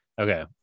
okay